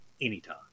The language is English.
anytime